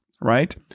right